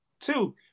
Two